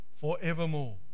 forevermore